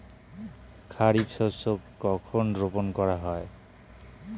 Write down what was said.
খারিফ শস্য কখন রোপন করা হয়?